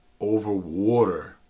overwater